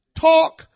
talk